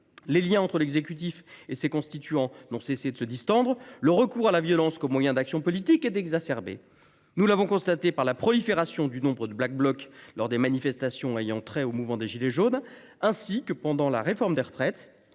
Les liens entre l’exécutif et nos concitoyens n’ont cessé de se distendre. Le recours à la violence comme moyen d’action politique s’est exacerbé. Nous l’avons constaté au travers de la prolifération du nombre de Black Blocs présents lors des manifestations liées au mouvement des « gilets jaunes », ainsi que pendant la réforme des retraites.